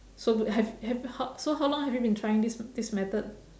so have have how so how long have you been trying this this method